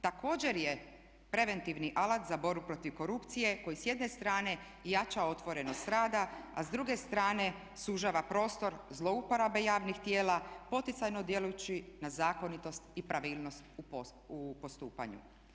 Također je preventivni alat za borbu protiv korupcije koji s jedne strane jača otvorenost rada a s druge strane sužava prostor zlouporabe javnih tijela, poticajno djelujući na zakonitost i pravilnost u postupanju.